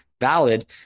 valid